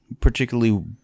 particularly